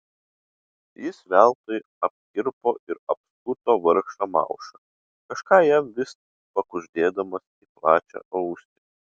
jis veltui apkirpo ir apskuto vargšą maušą kažką jam vis pakuždėdamas į plačią ausį